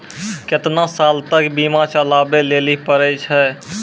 केतना साल तक बीमा चलाबै लेली पड़ै छै?